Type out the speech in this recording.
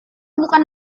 bukan